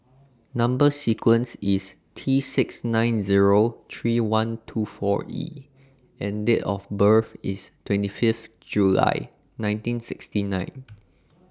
Number sequence IS T six nine Zero three one two four E and Date of birth IS twenty Fifth July nineteen sixty nine